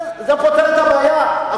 זה פותר את הבעיה.